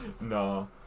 no